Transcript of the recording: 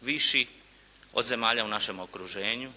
viši od zemalja u našem okruženju